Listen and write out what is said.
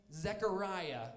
Zechariah